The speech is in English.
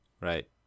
Right